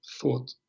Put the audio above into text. thought